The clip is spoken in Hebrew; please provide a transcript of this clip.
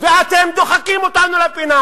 ואתם דוחקים אותנו לפינה